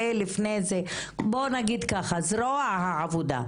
ולפני זה זרוע העבודה,